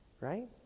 right